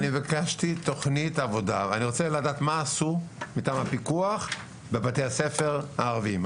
אני רוצה לדעת מה עשו מטעם הפיקוח בבתי הספר הערביים,